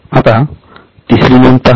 आता तिसरी नोंद पहा